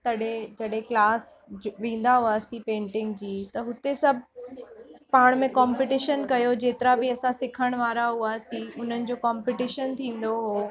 तॾहिं जॾहिं क्लास जु वेंदा हुआसीं पेंटिंग जी त हुते सभु पाण में कॉम्पिटिशन कयो जेतिरा बि असां सिखण वारा हुआसीं उन्हनि जो कॉम्पिटीशन थींदो हो